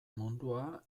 mundua